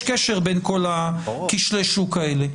יש קשר בין כל כשלי השוק האלה.